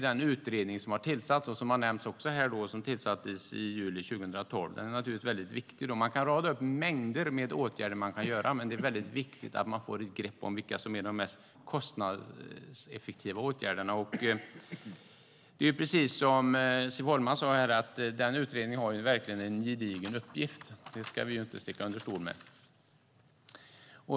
Det tillsattes en utredning i juli 2012, och den är naturligtvis viktig. Det går att rada upp mängder av åtgärder att vidta, men det är viktigt att få grepp över vilka som är de mest kostnadseffektiva åtgärderna. Siv Holma sade att den utredningen har en gedigen uppgift. Det ska vi inte sticka under stol med.